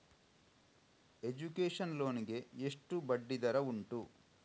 Education loan ಗೆ ಎಷ್ಟು ಬಡ್ಡಿ ದರ ಉಂಟು?